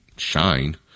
shine